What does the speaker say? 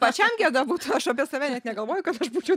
pačiam gėda būtų aš apie save net negalvoju kad aš būčiau